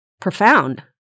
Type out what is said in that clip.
profound